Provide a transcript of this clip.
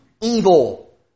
evil